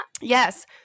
Yes